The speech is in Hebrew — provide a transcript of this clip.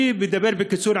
אני מדבר בקיצור,